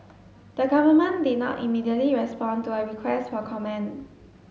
the government did not immediately respond to a request for comment